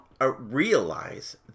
realize